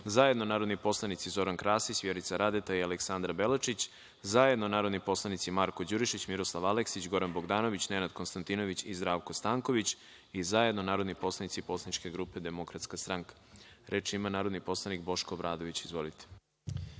zajedno narodni poslanici Zoran Krasić, Vjerica Radeta i Aleksandra Belačić, zajedno narodni poslanici Marko Đurišić, Miroslav Aleksić, Goran Bogdanović, Nenad Konstantinović i Zdravko Stanković, i zajedno narodni poslanici Poslaničke grupe Demokratska stranka. Reč ima narodni poslanik Boško Obradović. **Boško